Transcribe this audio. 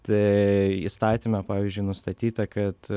tai įstatyme pavyzdžiui nustatyta kad